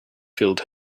filled